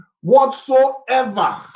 whatsoever